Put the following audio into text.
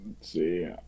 see